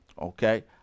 Okay